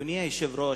אדוני היושב-ראש,